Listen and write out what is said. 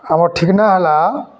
ଆମର୍ ଠିକ୍ନା ହେଲା